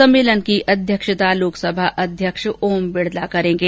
सम्मेलन की अध्यक्षता लोकसभा अध्यक्ष ओम बिरला करेंगे